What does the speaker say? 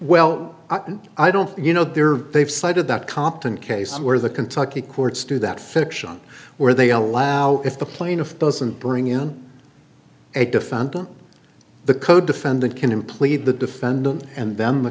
well i don't you know they're they've cited that compton case where the kentucky courts do that fiction where they allow if the plaintiff doesn't bring in a defendant the codefendant can him plead the defendant and then the